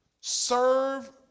Serve